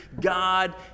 God